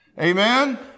Amen